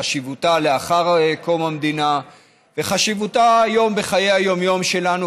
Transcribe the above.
חשיבותה לאחר קום המדינה וחשיבותה היום בחיי היום-יום שלנו,